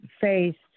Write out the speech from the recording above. faced